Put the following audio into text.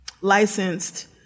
licensed